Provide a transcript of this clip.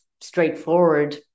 straightforward